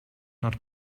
not